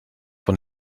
von